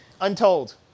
Untold